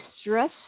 stress